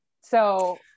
so-